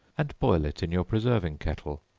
and boil it in your preserving kettle,